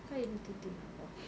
kau irritating ah kau